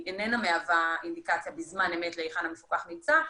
היא איננה מהווה אינדיקציה בזמן אמת היכן המפוקח נמצא,